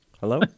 Hello